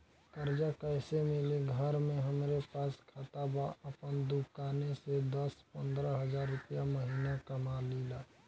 कर्जा कैसे मिली घर में हमरे पास खाता बा आपन दुकानसे दस पंद्रह हज़ार रुपया महीना कमा लीला?